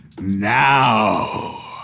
now